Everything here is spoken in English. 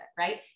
right